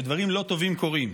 כשדברים לא טובים קורים.